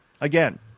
again